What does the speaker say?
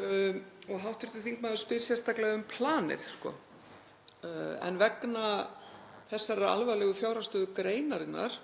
Hv. þingmaður spyr sérstaklega um planið. Vegna þessarar alvarlegu fjárhagsstöðu greinarinnar